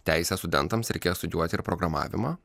teisės studentams reikės studijuoti ir programavimą